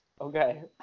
Okay